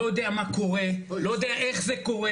לא יודע מה קורה, לא יודע איך זה קורה.